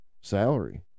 salary